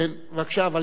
בבקשה, אבל נא לסיים.